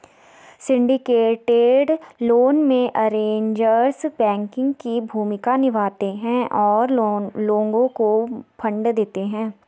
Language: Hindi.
सिंडिकेटेड लोन में, अरेंजर्स बैंकिंग की भूमिका निभाते हैं और लोगों को फंड देते हैं